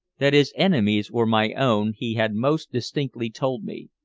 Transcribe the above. that his enemies were my own he had most distinctly told me,